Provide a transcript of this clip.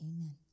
Amen